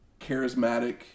charismatic